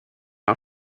are